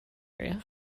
area